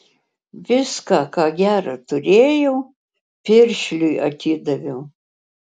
viską ką gera turėjau piršliui atidaviau